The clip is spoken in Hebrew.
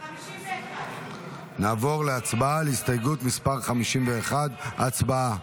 51. נעבור להצבעה על הסתייגות מס' 51. הצבעה.